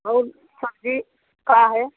और सब्ज़ी का है